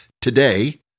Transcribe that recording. today